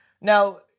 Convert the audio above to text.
Now